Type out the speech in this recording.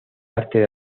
arte